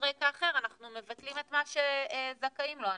רקע אחר אנחנו מבטלים את מה שזכאים לו האנשים,